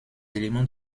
éléments